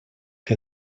que